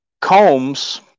combs